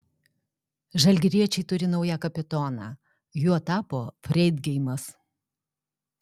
žalgiriečiai turi naują kapitoną juo tapo freidgeimas